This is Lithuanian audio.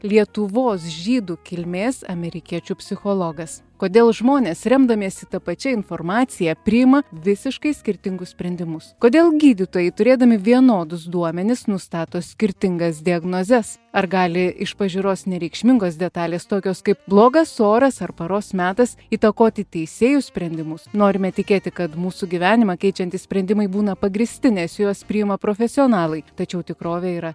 lietuvos žydų kilmės amerikiečių psichologas kodėl žmonės remdamiesi ta pačia informacija priima visiškai skirtingus sprendimus kodėl gydytojai turėdami vienodus duomenis nustato skirtingas diagnozes ar gali iš pažiūros nereikšmingos detalės tokios kaip blogas oras ar paros metas įtakoti teisėjų sprendimus norime tikėti kad mūsų gyvenimą keičiantys sprendimai būna pagrįsti nes juos priima profesionalai tačiau tikrovė yra